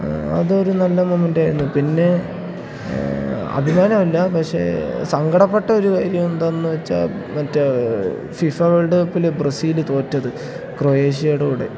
അതൊരു നല്ല മൊമെൻറ്റായിരുന്നു പിന്നെ അഭിമാനമല്ല പക്ഷേ സങ്കടപ്പെട്ട ഒരു കാര്യം എന്താണെന്നു വെച്ചാൽ മറ്റേ ഫിഫ വേൾഡ് കപ്പിൽ ബ്രസീൽ തോറ്റത് ക്രൊയേഷ്യയുടെ കൂടെ